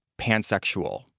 pansexual